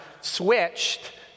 switched